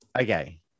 Okay